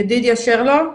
ידידיה שרלו.